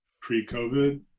pre-covid